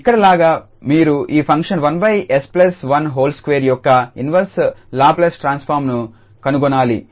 ఇక్కడ లాగా మీరు ఈ ఫంక్షన్ 1𝑠12 యొక్క ఇన్వర్స్ లాప్లేస్ ట్రాన్స్ఫార్మ్ను కనుగొనాలి